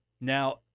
Now